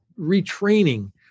retraining